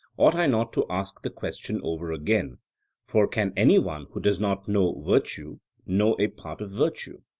ought i not to ask the question over again for can any one who does not know virtue know a part of virtue?